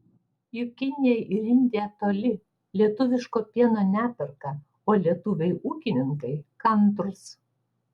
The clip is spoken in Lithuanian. juk kinija ir indija toli lietuviško pieno neperka o lietuviai ūkininkai kantrūs